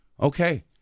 okay